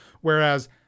whereas